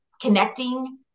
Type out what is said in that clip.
Connecting